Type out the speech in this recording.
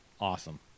awesome